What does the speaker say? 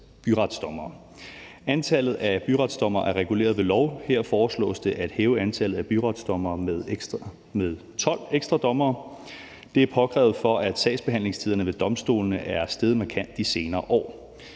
Antallet af byretsdommere er reguleret ved lov. Her foreslås det at hæve antallet byretsdommere med 12 ekstra dommere. Det er påkrævet, for sagsbehandlingstiderne ved domstolene er steget markant de senere år,